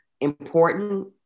important